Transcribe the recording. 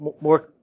more